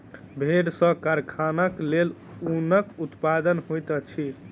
भेड़ सॅ कारखानाक लेल ऊनक उत्पादन होइत अछि